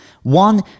One